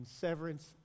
Severance